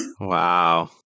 Wow